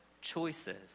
choices